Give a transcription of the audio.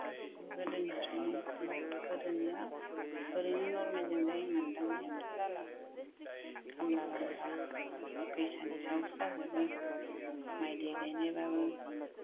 गासैबो गोदोनिफ्रायनो बिदिनो गोदोनिया ओरैनो नर्मेलजों जायोमोन दानिया जाला खामला बामला फैसानि सायावसो जाजोबो माइ दै गायनायब्लाबो